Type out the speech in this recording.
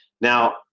Now